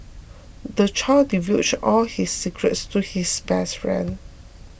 the child divulged all his secrets to his best friend